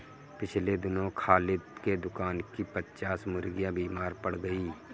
पिछले दिनों खालिद के दुकान की पच्चास मुर्गियां बीमार पड़ गईं